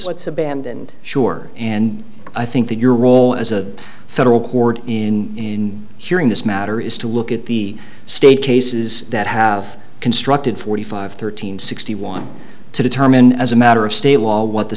abandoned sure and i think that your role as a federal court in hearing this matter is to look at the state cases that have constructed forty five thirteen sixty one to determine as a matter of state law what the